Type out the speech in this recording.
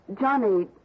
Johnny